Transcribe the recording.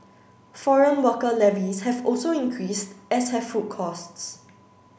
foreign worker levies have also increased as have food costs